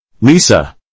Lisa